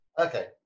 Okay